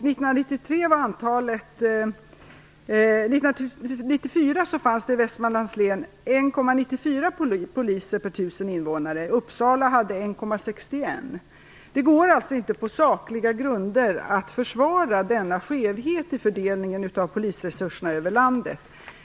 1994 fanns det i Västmanland Det går alltså inte att på sakliga grunder försvara denna skevhet i fördelningen av polisresurserna över landet.